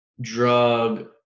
drug